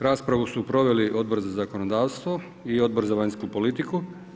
Raspravu su proveli Odbor za zakonodavstvo i Odbor za vanjsku politiku.